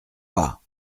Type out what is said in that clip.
pas